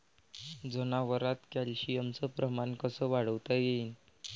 जनावरात कॅल्शियमचं प्रमान कस वाढवता येईन?